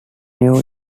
new